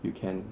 you can